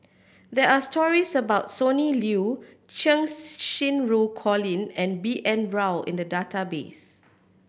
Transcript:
there are stories about Sonny Liew Cheng Xinru Colin and B N Rao in the database